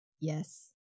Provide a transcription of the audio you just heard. Yes